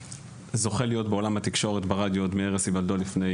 זוכה להיות בעולם התקשורת עוד מערש היוולדו עוד לפני